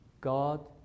God